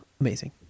amazing